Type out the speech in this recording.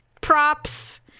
props